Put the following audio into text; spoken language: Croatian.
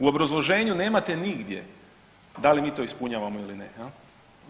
U obrazloženju nemate nigdje da li mi to ispunjavamo ili ne jel.